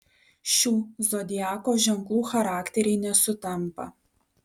šių zodiako ženklų charakteriai nesutampa